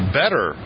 better